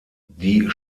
die